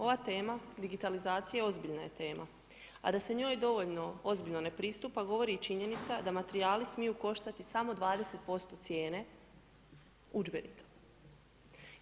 Ova tema digitalizacija ozbiljna je tema a da se o njoj dovoljno ozbiljno ne pristupa govori i činjenica da materijali smiju koštati samo 20% cijene udžbenika.